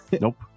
Nope